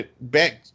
back